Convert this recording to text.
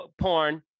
porn